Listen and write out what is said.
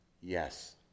Yes